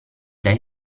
dai